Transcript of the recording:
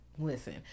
listen